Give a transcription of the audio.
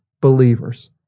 believers